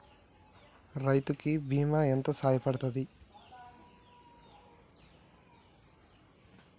రైతు కి బీమా ఎంత సాయపడ్తది?